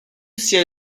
sia